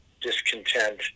discontent